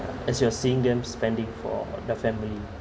as you are seeing them spending for the family